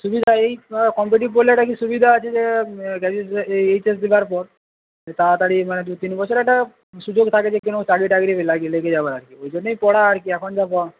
সুবিধা এই কম্পিটিটিভ পড়লে একটা কি সুবিধা আছে যে গ্রাজুয়েশান বা এইচএস দেবার পর তাড়াতাড়ি মানে দু তিন বছরে একটা সুযোগ থাকে যে কোনো চাকরি টাকরি লাগে লেগে যাবার আর কি ওই জন্যই পড়া আর কি এখন যা যেমন